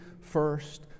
first